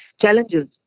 challenges